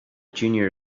junior